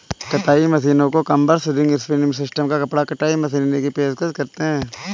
कताई मशीनों को कॉम्बर्स, रिंग स्पिनिंग सिस्टम को कपड़ा कताई मशीनरी की पेशकश करते हैं